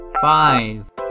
five